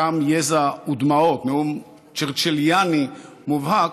דם, יזע ודמעות, נאום צ'רצ'יליאני מובהק,